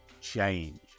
change